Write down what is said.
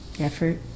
effort